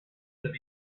that